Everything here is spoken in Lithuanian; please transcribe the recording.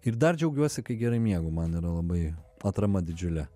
ir dar džiaugiuosi kai gerai miegu man yra labai atrama didžiulė